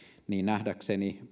niin nähdäkseni